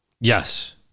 Yes